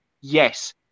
Yes